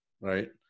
Right